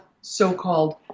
so-called